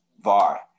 Var